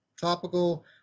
topical